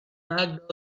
mark